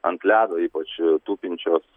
ant ledo ypač tupinčios